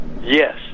yes